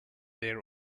their